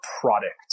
product